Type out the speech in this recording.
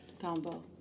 combo